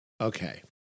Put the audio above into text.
Okay